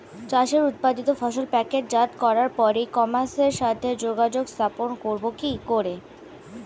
চাষের উৎপাদিত ফসল প্যাকেটজাত করার পরে ই কমার্সের সাথে যোগাযোগ স্থাপন করব কি করে?